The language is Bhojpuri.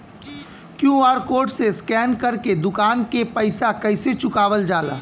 क्यू.आर कोड से स्कैन कर के दुकान के पैसा कैसे चुकावल जाला?